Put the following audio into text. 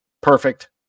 Perfect